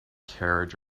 carriage